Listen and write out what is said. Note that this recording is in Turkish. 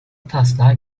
taslağı